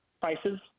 prices